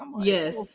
yes